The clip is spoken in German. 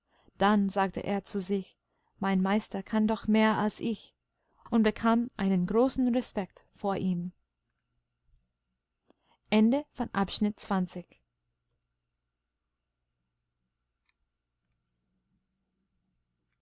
dann sagte er zu sich mein meister kann doch mehr als ich und bekam einen großen respekt vor ihm